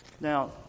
Now